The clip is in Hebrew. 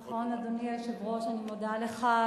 נכון, אדוני היושב-ראש, אני מודה לך.